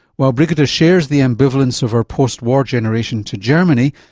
while brigitte shares the ambivalence of her post-war generation to germany,